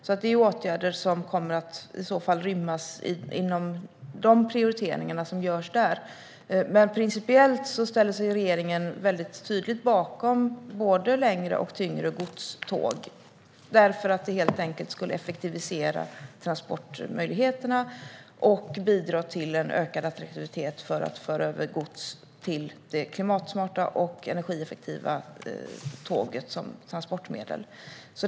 Det är åtgärder som i så fall kommer att rymmas inom de prioriteringar som görs där. Men principiellt ställer sig regeringen väldigt tydligt bakom både längre och tyngre godståg. Det skulle helt enkelt effektivisera transportmöjligheterna och bidra till en ökad attraktivitet för att föra över gods till det klimatsmarta och energieffektiva tåget som transportmedel.